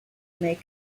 may